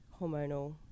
hormonal